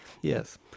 Yes